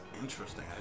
Interesting